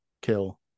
kill